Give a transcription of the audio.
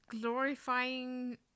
glorifying